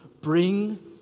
Bring